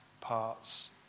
parts